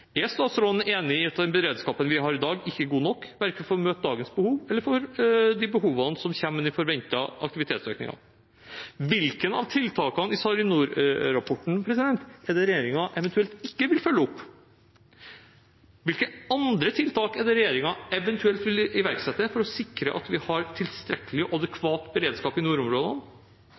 Er statsråden enig i at den beredskapen vi har i dag, ikke er god nok, verken for å møte dagens behov eller for de behovene som kommer med den forventede aktivitetsøkningen? Hvilke av tiltakene i SARiNOR-rapportene er det regjeringen eventuelt ikke vil følge opp? Hvilke andre tiltak er det regjeringen eventuelt vil iverksette for å sikre at vi har tilstrekkelig og adekvat beredskap i nordområdene?